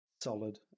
solid